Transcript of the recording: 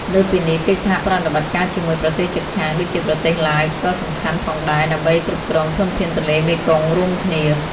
លើសពីនេះ កិច្ចសហប្រតិបត្តិការជាមួយប្រទេសជិតខាង ដូចជាប្រទេសឡាវ ក៏សំខាន់ផងដែរ ដើម្បីគ្រប់គ្រងធនធានទន្លេមេគង្គរួមគ្នា។